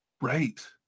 right